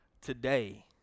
today